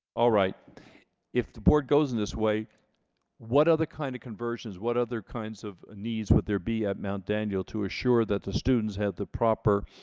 all right if the board goes in this way what other kind of conversions what other kinds of needs would there be at mount daniel to assure that the students have the proper